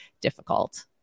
difficult